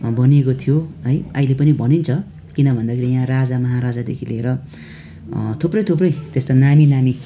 भनिएको थियो है अहिले पनि भनिन्छ किन भन्दाखेरि यहाँ राजा महाराजादेखि लिएर थुप्रै थुप्रै त्यस्ता नामी नामी